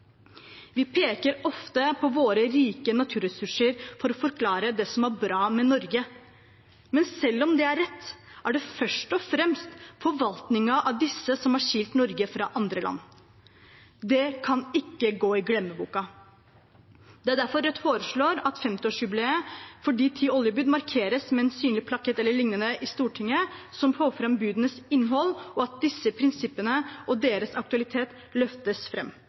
Vi peker ofte på våre rike naturressurser for å forklare det som er bra med Norge, men selv om det er rett, er det først og fremst forvaltningen av disse som har skilt Norge fra andre land. Det kan ikke gå i glemmeboka. Det er derfor Rødt foreslår at 50-årsjubileet for de ti oljebud markeres i Stortinget med en synlig plakett e.l. som får fram budenes innhold, og at disse prinsippene og deres aktualitet løftes